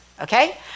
okay